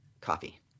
coffee